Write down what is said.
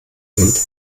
sind